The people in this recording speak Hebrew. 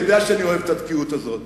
אתה יודע שאני אוהב את התקיעות הזאת.